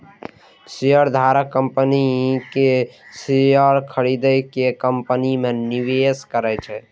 शेयरधारक कंपनी के शेयर खरीद के कंपनी मे निवेश करै छै